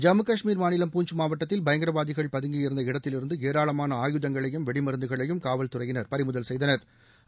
ஜம்மு கஷ்மீர் மாநிலம் பூஞ்ச் மாவட்டத்தில் பயங்கரவாதிகள் பதங்கியிருந்த இடத்திலிருந்து ஏராளமான ஆயுதங்களையும் வெடி மருந்துகளையும் காவல்துறையினா் பறிமுதல் செய்தனா்